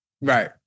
Right